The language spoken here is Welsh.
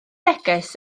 neges